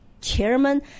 chairman